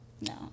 No